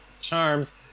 charms